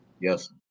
yes